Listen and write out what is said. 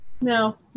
no